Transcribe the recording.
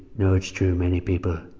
no, it's true. many people,